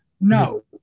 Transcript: No